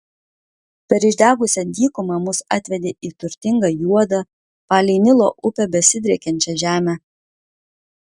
per išdegusią dykumą mus atvedė į turtingą juodą palei nilo upę besidriekiančią žemę